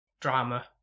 drama